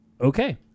okay